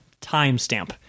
timestamp